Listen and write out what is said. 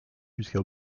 jusqu’à